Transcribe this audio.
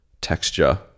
texture